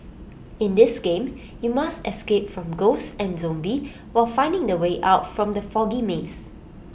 in this game you must escape from ghosts and zombies while finding the way out from the foggy maze